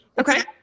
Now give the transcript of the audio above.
okay